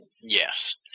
Yes